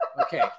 okay